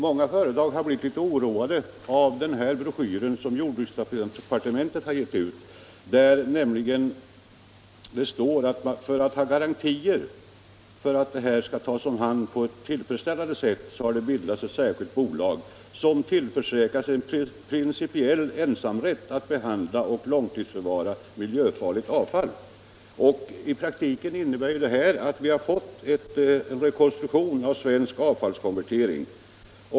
Många företag har blivit litet oroade av den broschyr som jordbruksdepartementet har gett ut, där det sägs att det, för att man skall ha garantier för att avfallet skall tas om hand på ett tillfredsställande sätt, har bildats ett särskilt bolag, som tillförsäkras en principiell ensamrätt att behandla och långtidsförvara miljöfarligt avfall. I praktiken innebär det att vi har fått en rekonstruktion av Svensk Avfallskonvertering.